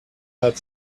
had